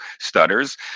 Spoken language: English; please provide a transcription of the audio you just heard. stutters